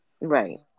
right